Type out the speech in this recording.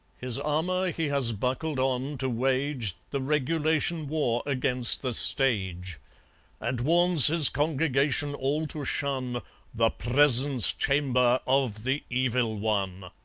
his armour he has buckled on, to wage the regulation war against the stage and warns his congregation all to shun the presence-chamber of the evil one,